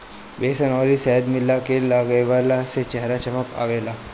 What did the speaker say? बेसन अउरी शहद मिला के लगवला से चेहरा में चमक आवेला